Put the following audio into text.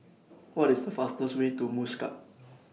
What IS The fastest Way to Muscat